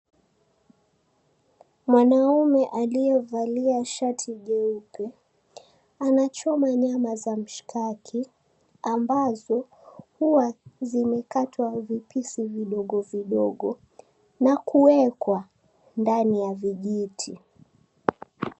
Mwanaume aliyevalia shati jeupe anachoma nyama za mishkaki ambazo huwa zimekatwa vipisi vidogovidogo na kuwekwa ndani ya vijiti.